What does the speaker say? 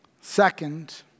Second